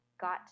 got